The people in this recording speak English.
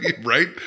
Right